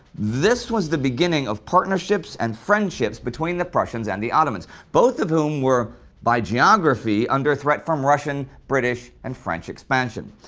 this was the beginning of partnerships and friendships between the prussians and the ottomans, both of whom were by geography under threat from russian, british, and french expansion.